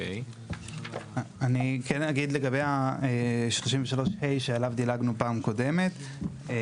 אני אגיד לגבי 33(ה) שעליו דילגנו בפעם הקודמת,